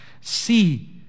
See